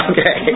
Okay